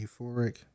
euphoric